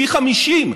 פי 50,